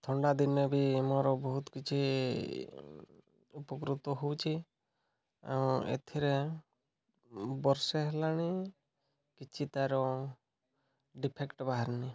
ଥଣ୍ଡା ଦିନେ ବି ଆମର ବହୁତ କିଛି ଉପକୃତ ହେଉଛି ଆଉ ଏଥିରେ ବର୍ଷେ ହେଲାଣି କିଛି ତା'ର ଡିଫେକ୍ଟ ବାହାରିନି